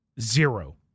zero